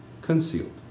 concealed